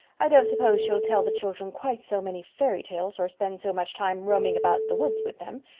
i don't suppose she'll tell the children quite so many fairy tales or spend so much time roaming about the woods with them.